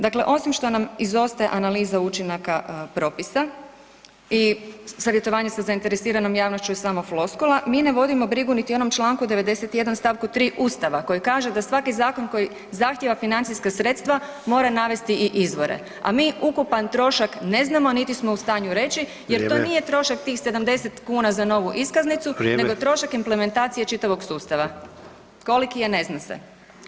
Dakle, osim što nam izostaje analiza učinaka propisa i savjetovanje sa zainteresiranom javnošću je samo floskula, mi ne vodimo brigu niti o onom čl. 91. st. 3. ustava koji kaže da svaki zakon koji zahtjeva financijska sredstva mora navesti i izvore, a mi ukupan trošak ne znamo, niti smo u stanju reći jer [[Upadica: Vrijeme]] to nije trošak tih 70 kuna za novu iskaznicu [[Upadica: Vrijeme]] nego je trošak implementacije čitavog sustava, koliki je ne zna se.